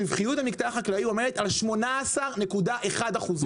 הרווחיות במקטע החקלאי עומדת על 18.1 אחוזים.